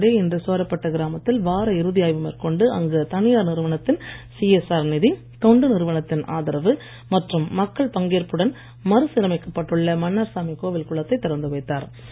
கிரண்பேடி இன்று சோராப்பட்டு கிராமத்தில் வார இறுதி ஆய்வு மேற்கொண்டு அங்கு தனியார் நிறுவனத்தின் சிஎஸ்ஆர் நிதி தொண்டு நிறுவனத்தின் ஆதரவு மற்றும் மக்கள் பங்கேற்புடன் மறுசீரமைக்கப் பட்டுள்ள மன்னார்சாமி கோவில் குளத்தை திறந்து வைத்தார்